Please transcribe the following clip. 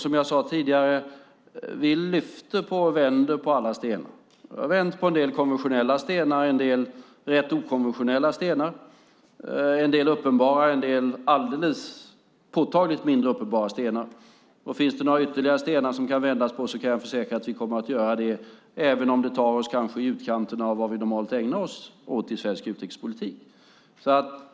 Som jag sade tidigare lyfter och vänder vi på alla stenar. Vi har vänt på en del konventionella och okonventionella stenar och på en del uppenbara och alldeles påtagligt mindre uppenbara stenar. Finns det ytterligare stenar att vända på försäkrar jag att vi kommer att göra det även om det tar oss till utkanten av vad vi normalt ägnar oss åt i svensk utrikespolitik.